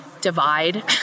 divide